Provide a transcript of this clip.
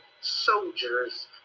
soldiers